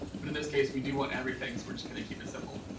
but in this case, we do want everything, so we're just going to keep it simple.